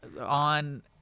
on